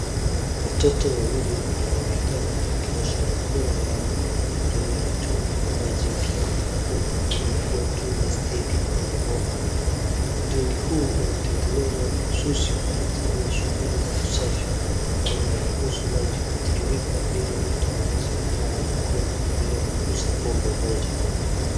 Watoto wawili wanaonekana wakiosha mikono yao kwa kutumia mtungi wa maji wa rangi nyekundu uliokuwa juu ya stedi yenye bomba, mtungi huu umetengenezwa mahususi kwa ajili ya shughuli za usafi na unaruhusu maji kutiririka ili mtu aweze kunawa mkono bila kuguza bomba moja.